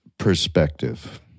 perspective